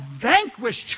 vanquished